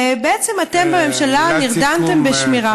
ובעצם אתם בממשלה נרדמתם בשמירה.